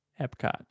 Epcot